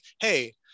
hey